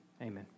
amen